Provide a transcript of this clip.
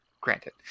granted